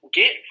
get